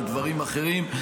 לדברים אחרים.